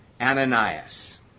Ananias